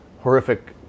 horrific